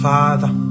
Father